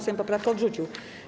Sejm poprawkę odrzucił.